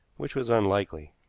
which was unlikely.